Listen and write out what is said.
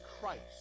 Christ